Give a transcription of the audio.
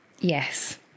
Yes